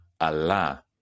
Allah